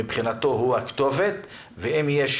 מבחינתו היא הכתובת, ואם יש